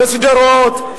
בשדרות,